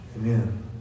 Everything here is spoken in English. Amen